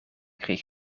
kreeg